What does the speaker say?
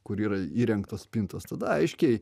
kur yra įrengtos spintos tada aiškiai